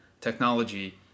technology